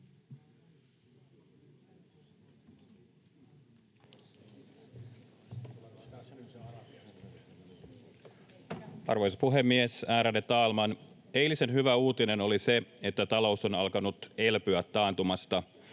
Arvoisa puhemies, ärade talman! Eilisen hyvä uutinen oli se, että talous on alkanut elpyä taantumasta